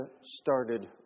started